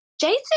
Jason